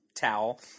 towel